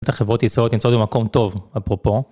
את החברות הישראלית תמצאו במקום טוב, אפרופו.